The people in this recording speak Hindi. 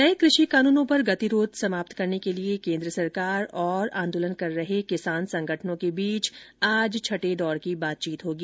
नए कृषि कानूनों पर गतिरोध समाप्त करने के लिए केन्द्र सरकार और आंदोलन कर रहे किसान संगठनों के बीच आज छठे दौर की बातचीत होगी